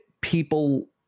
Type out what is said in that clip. people